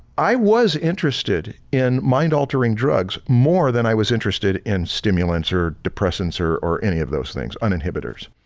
i was interested in mind-altering drugs more than i was interested in stimulants or depressants or or any of those things, and inhibitors.